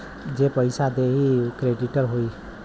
जे पइसा देई उ क्रेडिटर होई